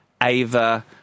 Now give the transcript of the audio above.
Ava